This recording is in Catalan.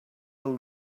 del